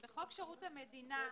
בחוק שירות המדינה (מינויים)